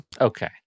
Okay